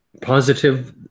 positive